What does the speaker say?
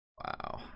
Wow